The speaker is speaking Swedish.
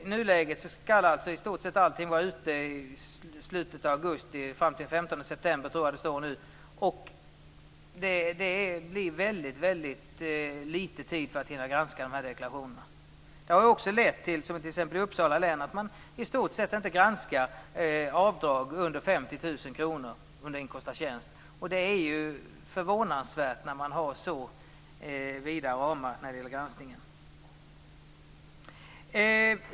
I nuläget skall alltså i stort sett allting vara utskickat i slutet av augusti, fram till den 15 september, tror jag det står. Det blir väldigt litet tid för att hinna granska deklarationerna. Det har också - som i t.ex. Uppsala län - lett till att man i stort sett inte granskar avdrag under 50 000 kr under inkomst av tjänst. Och det är ju förvånansvärt när man har så vida ramar när det gäller granskningen.